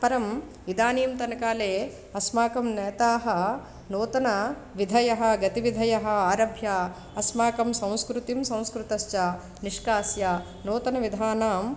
परम् इदानीन्तनकाले अस्माकं नेताः नूतनविधयः गतिवधयः आरभ्य अस्माकं संस्कृतिं संस्करतश्च निष्कास्य नूतनविधानां